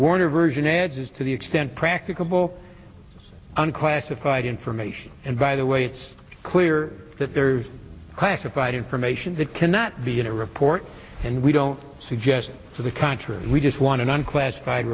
warner version adds to the extent practicable on classified information and by the way it's clear that there are classified information that cannot be in a report and we don't suggest to the contrary we just want an unclassified